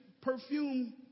perfume